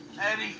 Eddie